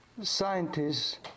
scientists